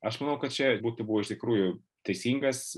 aš manau kad čia būtų buvę iš tikrųjų teisingas